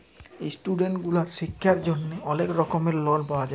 student গুলার শিক্ষার জন্হে অলেক রকম লন পাওয়া যায়